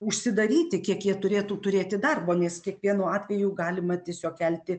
užsidaryti kiek jie turėtų turėti darbo nes kiekvienu atveju galima tiesiog kelti